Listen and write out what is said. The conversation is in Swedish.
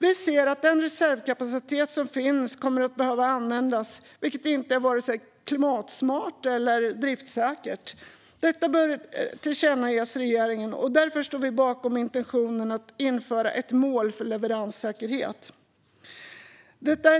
Vi ser att den reservkapacitet som finns kommer att behöva användas, vilket inte är vare sig klimatsmart eller driftsäkert. Detta bör tillkännages regeringen. Därför står vi bakom intentionen att införa ett mål för leveranssäkerhet.